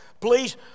Please